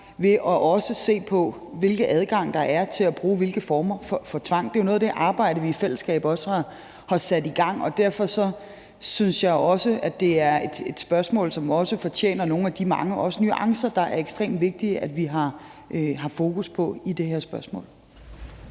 ved også at se på, hvilken adgang der er til at bruge hvilke former for tvang. Det er jo noget af det arbejde, vi også har sat i gang i fællesskab. Derfor synes jeg også, det er et spørgsmål, som fortjener nogle af de mange nuancer, det også er ekstremt vigtigt at vi har fokus på i det her spørgsmål.